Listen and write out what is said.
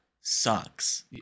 sucks